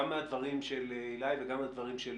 גם מהדברים של עילי וגם מהדברים של